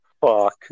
Fuck